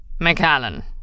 McAllen